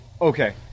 Okay